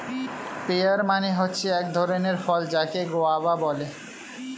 pair মানে হচ্ছে এক ধরণের ফল যাকে গোয়াভা বলে